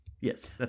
yes